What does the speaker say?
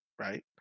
right